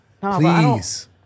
Please